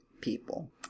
People